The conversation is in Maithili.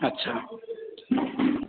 अच्छा